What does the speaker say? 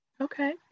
okay